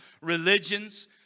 religions